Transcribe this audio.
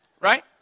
Right